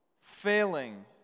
failing